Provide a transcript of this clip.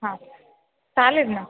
हां चालेल ना